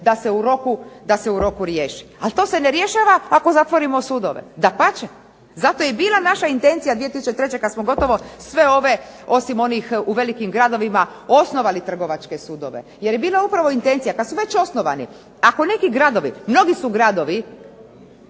da se u roku riješi. Ali to se ne rješava ako zatvorimo sudove. Dapače, zato je i bila naša intencija 2003. kad smo gotovo sve ove osim onih u velikim gradovima osnovali trgovačke sudove jer je bila upravo intencija kad su već osnovani ako neki gradovi, mnogi su gradovi,